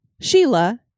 Sheila